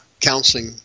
counseling